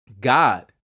God